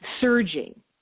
surging